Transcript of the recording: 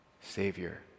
Savior